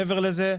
מעבר לזה,